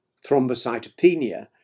thrombocytopenia